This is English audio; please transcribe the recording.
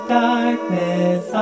darkness